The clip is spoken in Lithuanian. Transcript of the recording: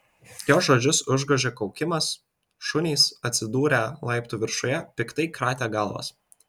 jo žodžius užgožė kaukimas šunys atsidūrę laiptų viršuje piktai kratė galvas